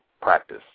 practice